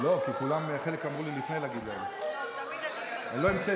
כי חלק אמרו לי לפני להגיד להם, לא המצאתי את זה.